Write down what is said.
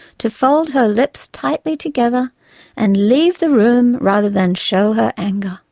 to fold her lips tightly together and leave the room rather than show her anger.